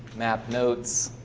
nap notes